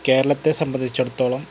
കേരളത്തെ സംബന്ധിച്ചിടത്തോളം